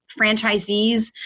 franchisees